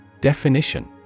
Definition